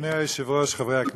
אדוני היושב-ראש, חברי הכנסת,